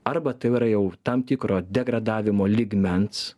arba tai yra jau tam tikro degradavimo lygmens